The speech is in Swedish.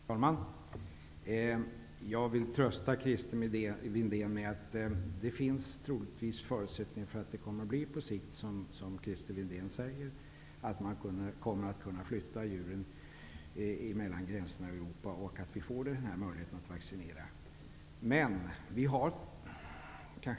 Herr talman! Jag vill trösta Christer Windén med att det troligtvis finns förutsättningar för att det på sikt kommer att bli möjligt att förflytta djuren över gränserna i Europa, och att det blir möjligt att vaccinera djuren.